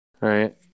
Right